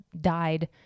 died